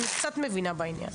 אני קצת מבינה בעניין.